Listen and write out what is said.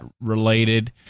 related